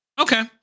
Okay